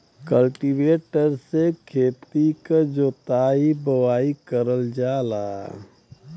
cultivator से खेती क जोताई बोवाई करल जाला